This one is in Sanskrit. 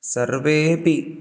सर्वेऽपि